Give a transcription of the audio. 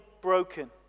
broken